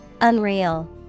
Unreal